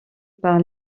par